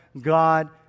God